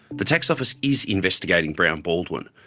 the tax office is investigating brown baldwin,